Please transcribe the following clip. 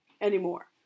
anymore